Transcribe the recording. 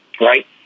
Right